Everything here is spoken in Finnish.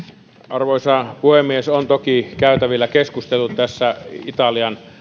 arvoisa puhemies on toki käytävillä keskusteltu italian